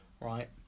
right